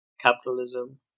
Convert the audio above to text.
Capitalism